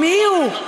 מי הוא?